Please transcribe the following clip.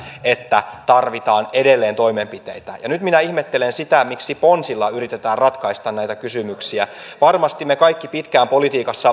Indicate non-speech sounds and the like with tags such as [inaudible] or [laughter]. että tarvitaan edelleen toimenpiteitä nyt minä ihmettelen sitä miksi ponsilla yritetään ratkaista näitä kysymyksiä varmasti me kaikki pitkään politiikassa [unintelligible]